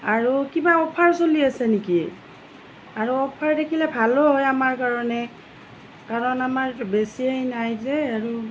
আৰু কিবা অফাৰ চলি আছে নেকি আৰু অফাৰ থাকিলে ভালো হয় আমাৰ কাৰণে কাৰণ আমাৰ বেছি নাই যে আৰু